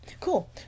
cool